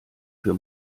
für